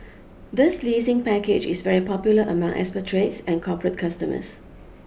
this leasing package is very popular among expatriates and corporate customers